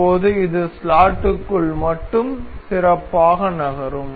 இப்போது இது ஸ்லாட்டுக்குள் மட்டும் சிறப்பாக நகரும்